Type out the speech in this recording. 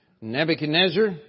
Nebuchadnezzar